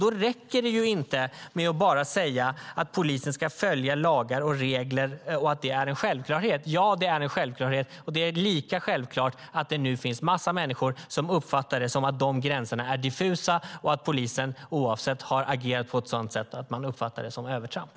Då räcker det inte med att bara säga att polisen ska följa lagar och regler och att det är en självklarhet. Ja, det är en självklarhet, och det är lika självklart att det nu finns en massa människor som uppfattar dessa gränser som diffusa och att polisen har agerat på ett sådant sätt att man uppfattar det som övertramp.